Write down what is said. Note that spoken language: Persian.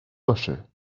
باشه